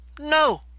no